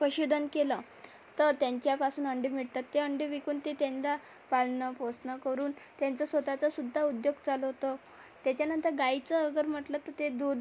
पशुधन केलं तर त्यांच्यापासून अंडे मिळतात ते अंडे विकून ते त्यांना पाळणं पोसणं करून त्यांचं स्वतःचं सुद्धा उद्योग चालवतो त्याच्यानंतर गाईचं अगर म्हटलं तर ते दूध